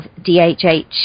DHH